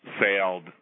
sailed